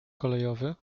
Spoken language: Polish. kolejowy